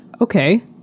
Okay